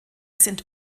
sind